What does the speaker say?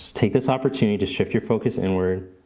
take this opportunity to shift your focus inward.